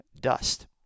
dust